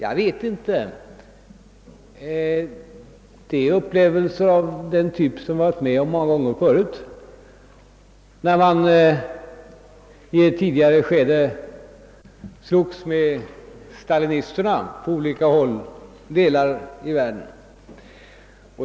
Jag vet inte om jag kan säga det, eftersom jag många gånger varit med om upplevelser av denna typ då jag i ett tidigare skede slogs med stalinisterna på olika håll i världen.